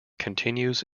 continues